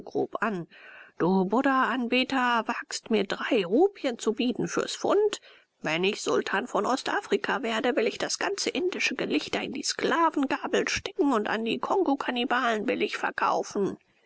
an du buddhaanbeter wagst mir drei rupien zu bieten für's pfund wenn ich sultan von ostafrika werde will ich das ganze indische gelichter in die sklavengabel stecken und an die kongokannibalen billig verkaufen